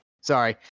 Sorry